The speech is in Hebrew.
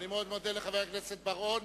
אני מאוד מודה לחבר הכנסת בר-און.